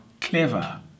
clever